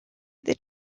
that